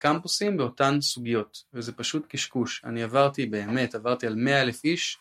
קמפוסים באותן סוגיות, וזה פשוט קשקוש. אני עברתי, באמת עברתי על מאה אלף איש